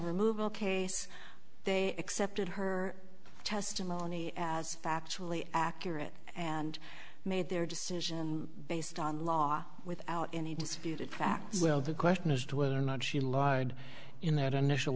removal case they accepted her testimony as factually accurate and made their decision based on law without any disputed facts well the question as to whether or not she lied in that initial